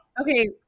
Okay